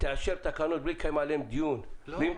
תאשר תקנות בלי לקיים עליהם דיון ואם